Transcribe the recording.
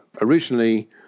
originally